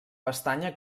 pestanya